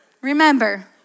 Remember